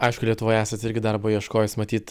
aišku lietuvoje esat irgi darbo ieškojęs matyt